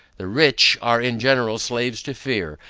the rich are in general slaves to fear,